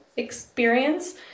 Experience